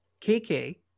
KK